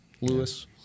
Lewis